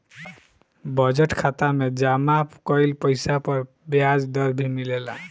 budget खाता में जमा कइल पइसा पर ब्याज दर भी मिलेला